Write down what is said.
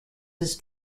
his